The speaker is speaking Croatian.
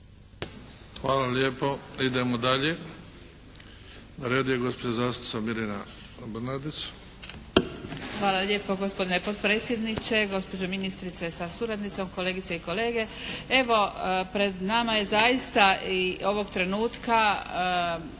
Hvala lijepo. Idemo dalje. Na redu je gospođa zastupnica Mirjana Brnadić. **Brnadić, Mirjana (HDZ)** Hvala lijepo. Gospodine potpredsjedniče, gospođo ministrice sa suradnicom, kolegice i kolege. Evo, pred nama je zaista i ovog trenutka